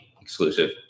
exclusive